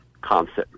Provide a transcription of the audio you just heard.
concept